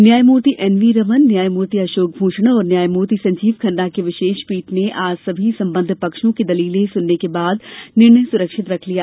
न्यायमूर्ति एनवी रमन न्यायमूर्ति अशोक भूषण और न्यायमूर्ति संजीव खन्ना की विशेष पीठ ने आज सभी संबद्ध पक्षों की दलीलें सुनने के बाद निर्णय सुरक्षित रख लिया